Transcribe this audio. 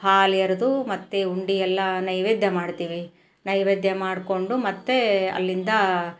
ಹಾಲು ಎರೆದು ಮತ್ತೆ ಉಂಡೆ ಎಲ್ಲ ನೈವೇದ್ಯ ಮಾಡ್ತೀವಿ ನೈವೇದ್ಯ ಮಾಡಿಕೊಂಡು ಮತ್ತೆ ಅಲ್ಲಿಂದ